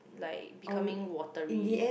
like becoming watery